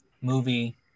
movie